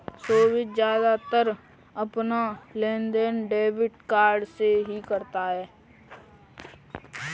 सोभित ज्यादातर अपना लेनदेन डेबिट कार्ड से ही करता है